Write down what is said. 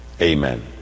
Amen